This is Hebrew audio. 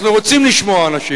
אנחנו רוצים לשמוע אנשים.